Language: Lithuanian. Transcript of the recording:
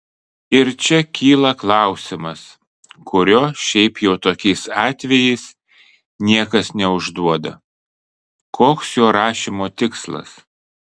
ir čia kyla klausimas kurio šiaip jau tokiais atvejais niekas neužduoda koks jo rašymo tikslas